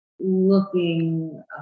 looking